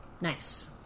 Nice